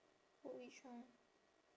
oh which one